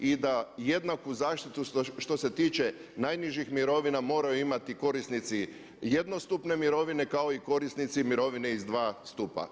I da jednaku zaštitu što se tiče najnižih mirovina moraju imati korisnici jednostupne mirovine kao i korisnici mirovine iz dva stupa.